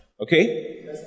okay